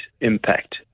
impact